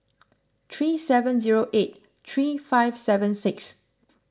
three seven zero eight three five seven six